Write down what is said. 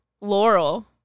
Laurel